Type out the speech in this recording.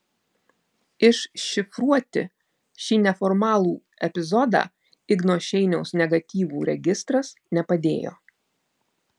iššifruoti šį neformalų epizodą igno šeiniaus negatyvų registras nepadėjo